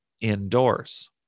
indoors